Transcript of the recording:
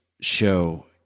show